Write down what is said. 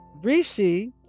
rishi